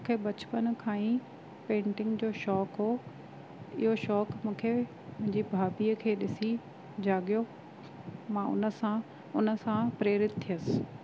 मूंखे बचपन खां ई पेंटिंग जो शौक़ु हो इहो शौक़ु मूंखे मुंहिंजी भाभीअ खे ॾिसी जाॻियो मां उनसां उनसां प्रेरित थियसि